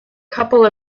couple